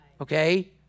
Okay